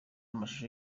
amashusho